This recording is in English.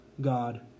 God